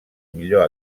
millor